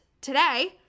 today